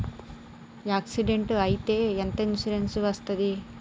Accident అయితే ఎంత insurance వస్తది?